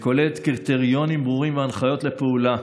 כולל קריטריונים ברורים וההנחיות לפעולה.